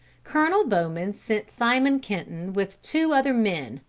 colonel bowman sent simon kenton with two other men,